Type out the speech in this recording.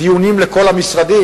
דיונים על כל המשרדים.